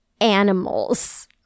animals